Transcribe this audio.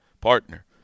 partner